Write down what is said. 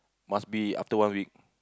must be after one week